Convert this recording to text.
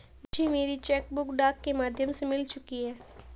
मुझे मेरी cheque book डाक के माध्यम से मिल चुकी है